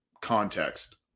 context